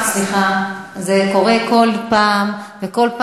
שמענו באיזה נסיבות זה קרה, ועל זה נדבר, סליחה.